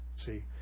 See